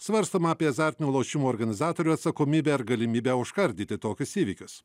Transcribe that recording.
svarstoma apie azartinių lošimų organizatorių atsakomybę ar galimybę užkardyti tokius įvykius